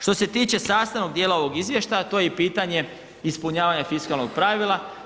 Što se tiče sastavnog dijela ovog izvještaja, to je pitanje ispunjavanja fiskalnog pravila.